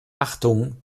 achtung